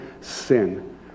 sin